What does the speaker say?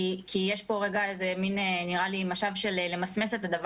כי נראה לי שיש פה איזה מן משב שממסמס את הדבר.